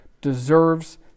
deserves